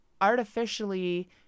artificially